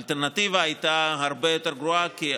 האלטרנטיבה הייתה הרבה יותר גרועה, כי,